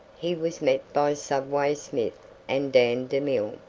he was met by subway smith and dan demille.